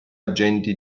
agenti